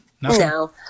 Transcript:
no